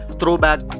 throwback